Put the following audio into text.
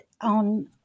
on